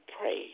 pray